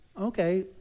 Okay